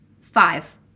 five